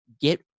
get